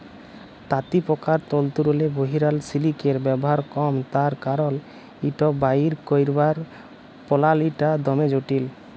তাঁতিপকার তল্তুরলে বহিরাল সিলিকের ব্যাভার কম তার কারল ইট বাইর ক্যইরবার পলালিটা দমে জটিল